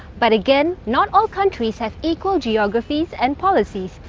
but again, not all countries have equal geographies and policies.